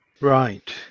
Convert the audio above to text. Right